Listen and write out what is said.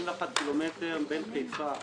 קילומטרים בין חיפה ונצרת,